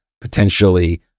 potentially